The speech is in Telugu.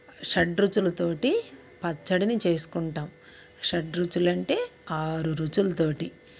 షడ్రుచులుతో పచ్చడిని చేసుకుంటాం షడ్రుచులంటే ఆరు రుచులతో